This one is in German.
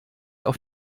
auf